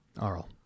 Arl